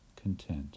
content